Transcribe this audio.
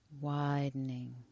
widening